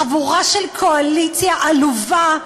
חבורה של קואליציה עלובה,